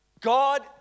God